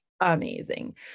amazing